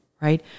right